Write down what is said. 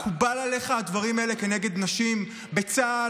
מקובלים עליך הדברים האלה כנגד נשים בצה"ל,